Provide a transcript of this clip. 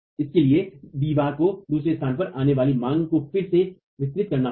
इसके लिए दीवार को दूसरे स्थान पर आने वाली मांग को फिर से वितरित करना होगा